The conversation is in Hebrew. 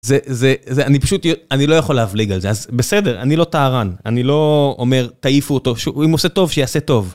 זה, אני פשוט, אני לא יכול להבליג על זה, אז בסדר, אני לא טהרן. אני לא אומר, תעיפו אותו, אם הוא עושה טוב, שיעשה טוב.